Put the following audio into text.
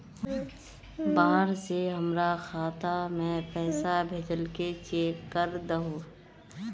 बाहर से हमरा खाता में पैसा भेजलके चेक कर दहु?